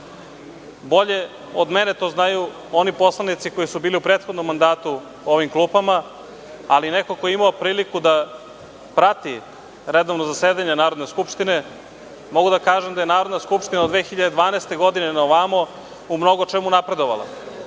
Bolje od mene to znaju oni poslanici koji su bili u prethodnom mandatu u ovim klupama, ali neko ko je imao priliku da prati redovno zasedanje Narodne skupštine, mogu da kažem da je Narodna skupština od 2012. godine na ovamo u mnogo čemu napredovala.